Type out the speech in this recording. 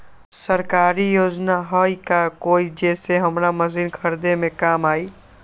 सरकारी योजना हई का कोइ जे से हमरा मशीन खरीदे में काम आई?